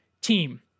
team